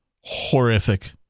horrific